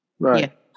Right